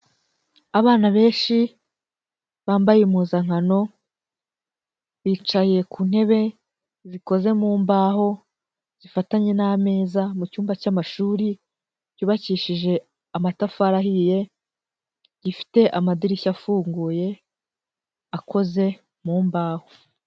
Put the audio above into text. Abana benshi bambaye impuzankano, bicaye ku ntebe zikoze mu mbaho, zifatanye n'ameza mu cyumba cy'amashuri, yubakishije amatafari ahiye, gifite amadirishya afunguye, akoze mu mbaho.